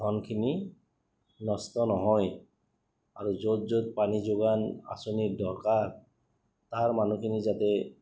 ধনখিনি নষ্ট নহয় আৰু য'ত য'ত পানী যোগান আঁচনিৰ দৰকাৰ তাৰ মানুহখিনিয়ে যাতে